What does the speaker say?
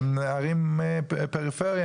הן ערים פריפריה.